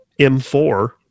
M4